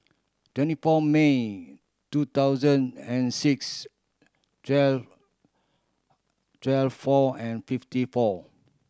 twenty four May two thousand and six twelve twelve four and fifty four